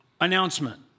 announcement